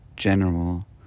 general